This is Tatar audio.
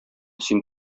син